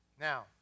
Now